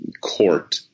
court